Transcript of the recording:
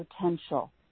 potential